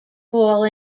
ball